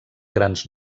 grans